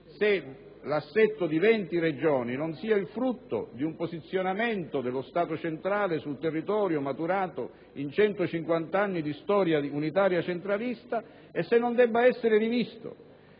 se l'assetto in venti Regioni non sia il frutto di un posizionamento dello Stato centrale sul territorio maturato in centocinquant'anni anni di storia unitaria centralista e se non debba essere rivisto.